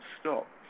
stop